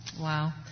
Wow